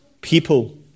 people